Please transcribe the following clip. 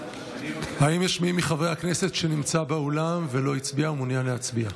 האם מי מחברי הכנסת שנמצא באולם ולא הצביע מעוניין להצביע?